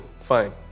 fine